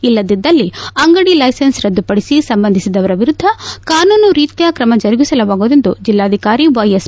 ಇಲ್ಲದಿದ್ದಲ್ಲಿ ಅಂಗಡಿ ಲೈಸನ್ಲೆ ರದ್ದುಪಡಿಸಿ ಸಂಬಂಧಿಸಿದವರ ವಿರುದ್ಧ ಕಾನೂನು ರೀತ್ಯ ಕ್ರಮ ಜರುಗಿಸಲಾಗುವುದು ಎಂದು ಜಿಲ್ಲಾಧಿಕಾರಿ ವೈಎಸ್